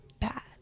bad